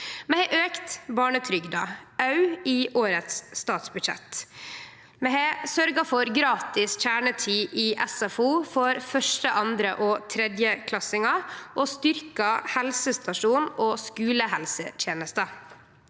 Vi har auka barnetrygda òg i årets statsbudsjett. Vi har sørgt for gratis kjernetid i SFO for første-, andre- og tredjeklassingar og styrkt helsestasjon- og skulehelsetenesta.